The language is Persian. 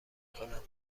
کنم